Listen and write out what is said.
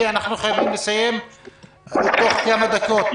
אנחנו חייבים לסיים תוך כמה דקות.